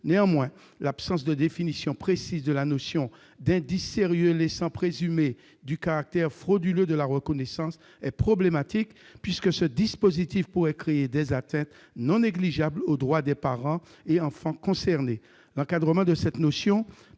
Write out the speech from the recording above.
Néanmoins, l'absence de définition précise de la notion d'« indices sérieux laissant présumer du caractère frauduleux de la reconnaissance » est problématique, puisque ce dispositif pourrait créer des atteintes non négligeables aux droits des parents et enfants concernés. L'encadrement de cette notion